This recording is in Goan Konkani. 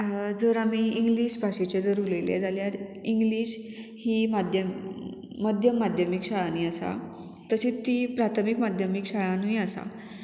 जर आमी इंग्लीश भाशेचें जर उलयलें जाल्यार इंग्लीश ही माध्यम मध्यम माध्यमीक शाळांनी आसा तशी ती प्राथमीक माध्यमीक शाळानूय आसा